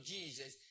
Jesus